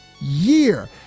year